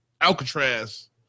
Alcatraz